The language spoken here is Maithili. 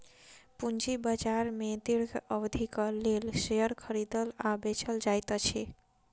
पूंजी बाजार में दीर्घ अवधिक लेल शेयर खरीदल आ बेचल जाइत अछि